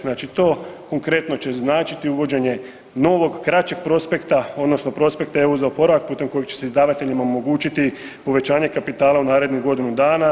Znači to konkretno će značiti uvođenje novog kraćeg prospekta odnosno prospekta EU za oporavak putem kojeg će se izdavateljima omogućiti povećanje kapitala u narednih godinu dana.